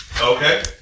Okay